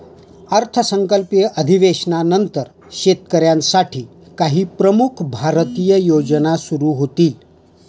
अर्थसंकल्पीय अधिवेशनानंतर शेतकऱ्यांसाठी काही प्रमुख भारतीय योजना सुरू होतील